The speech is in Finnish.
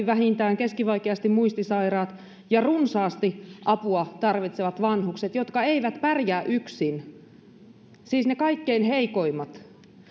vähintään keskivaikeasti muistisairaat ja runsaasti apua tarvitsevat vanhukset jotka eivät pärjää yksin siis ne kaikkein heikoimmat